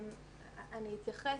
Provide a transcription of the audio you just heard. אני אתייחס.